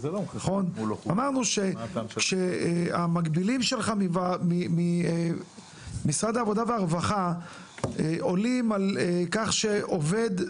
אמרנו כשהמקבילים שלך ממשרד העבודה והרווחה עולים על כך שעובד נגזל,